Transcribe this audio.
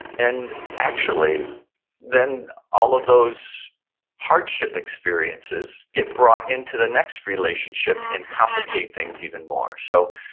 and actually then all of those hardship experiences get brought into the next relationship and complicate things even more. so